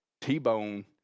t-bone